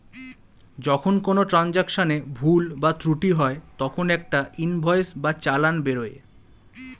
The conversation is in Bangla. যখন কোনো ট্রান্জাকশনে ভুল বা ত্রুটি হয় তখন একটা ইনভয়েস বা চালান বেরোয়